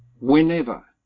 Whenever